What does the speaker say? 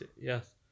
Yes